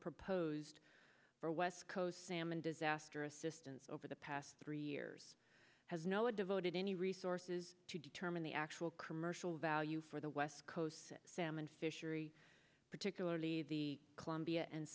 proposed for west coast salmon disaster assistance over the past three years has no devoted any resources to determine the actual commercial value for the west coast salmon fishery particularly the columbia and